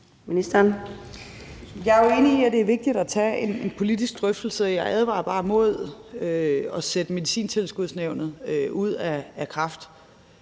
Løhde): Jeg er jo enig i, at det er vigtigt at tage en politisk drøftelse, men jeg advarer bare mod at sætte Medicintilskudsnævnet ud af kraft.